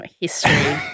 history